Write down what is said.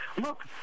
look